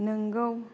नोंगौ